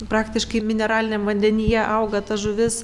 praktiškai mineraliniam vandenyje auga ta žuvis